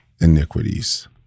iniquities